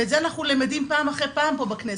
ואת זה אנחנו למדים פעם אחרי פעם פה בכנסת,